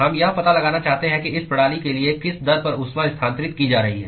हम यह पता लगाना चाहते हैं कि इस प्रणाली के लिए किस दर पर ऊष्मा स्थानांतरित की जा रही है